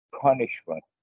punishment